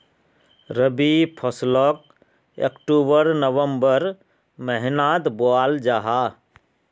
रबी फस्लोक अक्टूबर नवम्बर महिनात बोआल जाहा